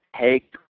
take